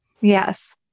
Yes